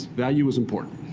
value is important.